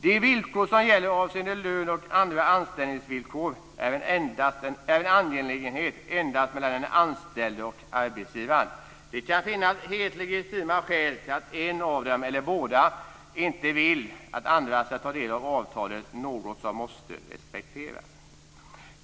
De villkor som gäller avseende lön och andra anställningsvillkor är en angelägenhet endast mellan den anställde och arbetsgivaren. Det kan finnas helt legitima skäl till att en av dem, eller båda, inte vill att andra ska ta del av avtalet, något som måste respekteras.